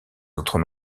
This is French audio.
autres